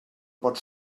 pot